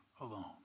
alone